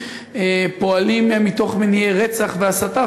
פוגעים מתוך מניעי רצח והסתה,